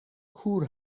کور